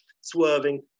swerving